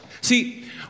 See